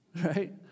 right